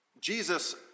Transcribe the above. Jesus